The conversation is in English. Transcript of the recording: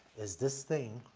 there's this thing